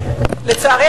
לצערי,